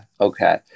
okay